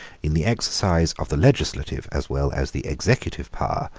in the exercise of the legislative as well as the executive power,